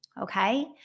okay